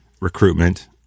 recruitment